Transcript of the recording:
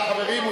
תודה, חברים.